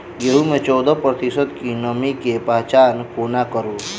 गेंहूँ मे चौदह प्रतिशत नमी केँ पहचान कोना करू?